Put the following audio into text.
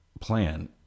plan